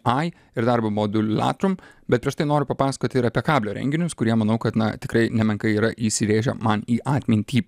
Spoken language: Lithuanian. ai ir darbo modulatrum bet prieš tai noriu papasakoti ir apie kablio renginius kurie manau kad na tikrai nemenkai yra įsirėžę man į atmintį